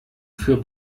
für